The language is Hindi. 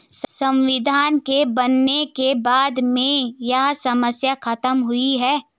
संविधान के बनने के बाद में यह समस्या खत्म हुई है